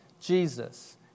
Jesus